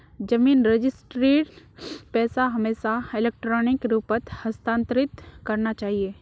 जमीन रजिस्ट्रीर पैसा हमेशा इलेक्ट्रॉनिक रूपत हस्तांतरित करना चाहिए